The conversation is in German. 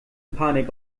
panik